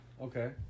okay